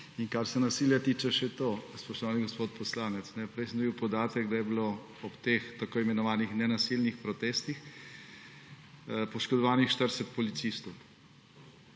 In kar se nasilja tiče, še to, spoštovani gospod poslanec, prej sem dobil podatek, da je bilo ob teh tako imenovanih nenasilnih protestih poškodovanih 40 policistov